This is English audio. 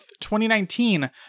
2019